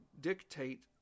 dictate